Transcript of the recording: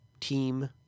team